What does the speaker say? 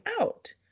out